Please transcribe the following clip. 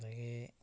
ꯑꯗꯨꯗꯒꯤ